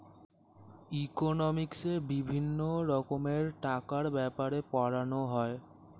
ইকোনমিক্সে বিভিন্ন রকমের টাকার ব্যাপারে পড়ানো হয়